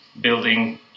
building